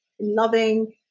loving